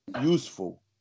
useful